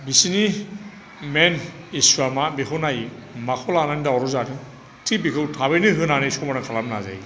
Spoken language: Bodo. बिसोरनि मेन इसुआ मा बेखौ नायो माखौ लानानै दावराव जादों थिक बेखौ थाबैनो होनानै समाधान खालामनो नाजायो